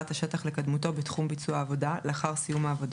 השטח לקדמותו בתחום ביצוע העבודה לאחר סיום העבודות,